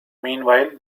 meanwhile